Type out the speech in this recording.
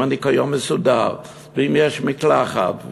אם הניקיון מסודר ואם יש מקלחת,